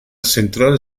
central